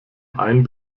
ein